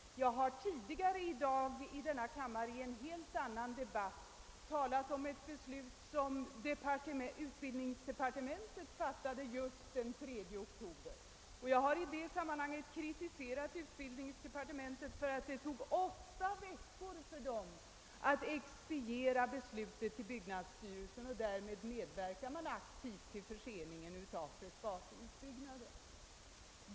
Jag har tidigare i dag i denna kammare i en helt annan debatt talat om ett beslut som utbildningsdepartementet fattade just den 3 oktober. Jag har i det sammanhanget kritiserat utbildningsdepartementet för att det tog 8 veckor att expediera beslutet till byggnadsstyrelsen; därmed har man aktivt medverkat till förseningen av Frescatiutbyggnaden.